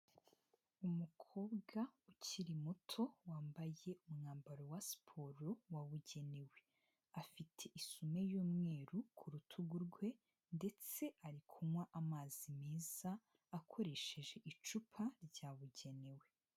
Umukobwa ukiri muto wambaye umwambaro wa siporo wabugenewe, afite isume y'umweru ku rutugu rwe ndetse ari kunywa amazi meza akoresheje icupa ryabugenewe.